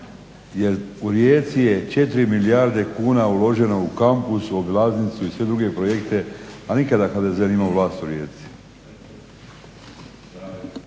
jer u Rijeci je 4 milijarde kuna uloženo u kampus, u obilaznicu, i sve druge projekte, a nikada HDZ nije imao vlast u Rijeci.